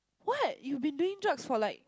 what you've been doing drugs for like